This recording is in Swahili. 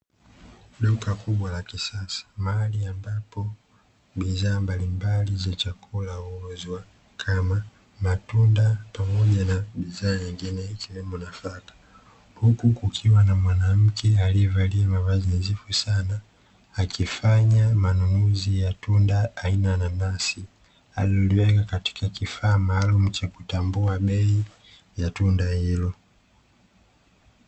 Duka kubwa la kisasa mahali ambapo bidhaa mbalimbali za chakula huuzwa kama matunda na bidhaa nyingine kama nafaka, huku kukiwa na mwanamke alievalia mavazi nadhifu sana akifanya manunuzi ya tunda aina ya nanasi alililoweka katika kifaa maalumu cha kutambua bei ya tunda hilo.